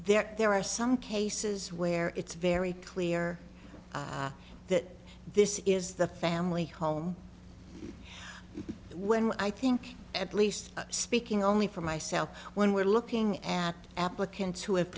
there there are some cases where it's very clear that this is the family home when i think at least speaking only for myself when we're looking at applicants who have